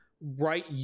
right